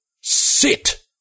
Sit